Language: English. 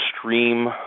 stream